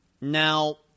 Now